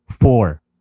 four